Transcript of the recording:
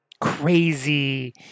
crazy